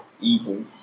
evil